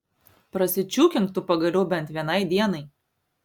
prasičiūkink tu pagaliau bent vienai dienai